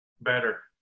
better